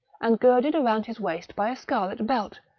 and girded around his waist by a scarlet belt,